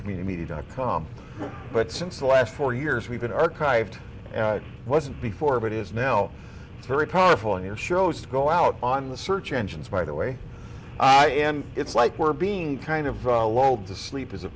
community dot com but since the last four years we've been archived wasn't before but is now very powerful your shows go out on the search engines by the way it's like we're being kind of right loeb's asleep is a